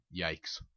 Yikes